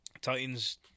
Titans